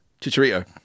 Chicharito